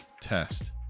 test